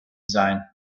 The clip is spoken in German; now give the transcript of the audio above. sein